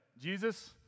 Jesus